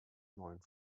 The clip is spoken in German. neuen